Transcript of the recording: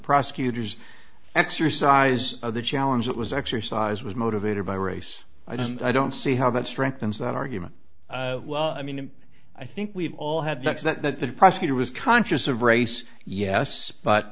prosecutor's exercise of the challenge that was exercise was motivated by race i don't i don't see how that strengthens that argument well i mean i think we've all had looks that that the prosecutor was conscious of race yes but